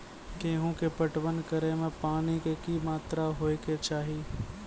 गेहूँ के पटवन करै मे पानी के कि मात्रा होय केचाही?